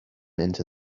into